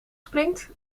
springt